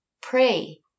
Pray